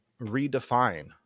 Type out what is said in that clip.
redefine